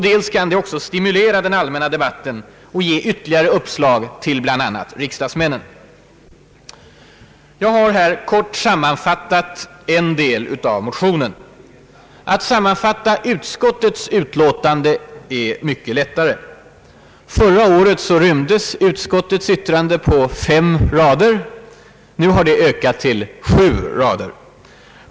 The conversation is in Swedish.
Dels kan den också stimulera den allmänna debatten och ge ytterligare uppslag till bl.a. riksdagsmännen. Jag har här kort sammanfattat en del av motionen. Att sammanfatta utskottets utlåtande är mycket lättare. Förra året rymdes det på fem rader. Nu har det ökat till sju rader.